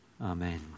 Amen